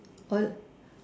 all